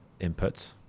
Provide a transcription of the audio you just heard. inputs